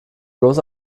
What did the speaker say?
bloß